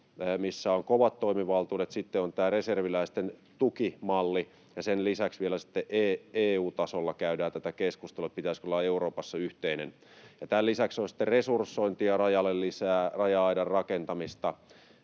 missä on kovat toimivaltuudet. Sitten on tämä reserviläisten tukimalli, ja sen lisäksi vielä sitten EU-tasolla käydään tätä keskustelua, että sen pitäisi olla Euroopassa yhteinen. Tämän lisäksi on sitten resursointia rajalle lisää, raja-aidan rakentamista